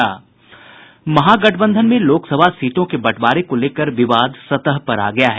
महागठबंधन में लोकसभा सीटों के बंटवारे को लेकर विवाद सतह पर आ गया है